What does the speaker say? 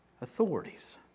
authorities